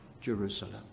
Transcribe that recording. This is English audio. Jerusalem